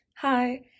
Hi